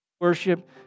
worship